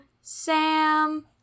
Sam